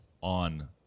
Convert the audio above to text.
on